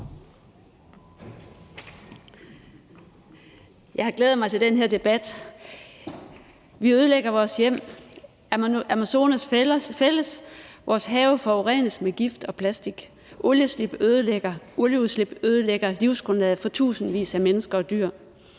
Jeg har glædet mig til den her debat. Vi ødelægger vores hjem, Amazonas fældes, vores have forurenes med gift og plastik. Olieudslip ødelægger livsgrundlaget for tusindvis af mennesker og dyr.